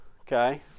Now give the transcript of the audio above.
okay